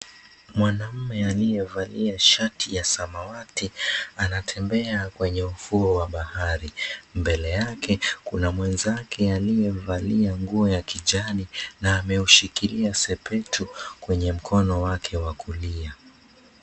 Mwanaume aliyevalia shati ya samawati, anatembea kwenye ufuo wa bahari. Mbele yake kuna mwenzake aliyevalia nguo ya kijani na ameushikilia sepetu kwenye mkono wake wa kulia.